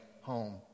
home